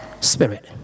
spirit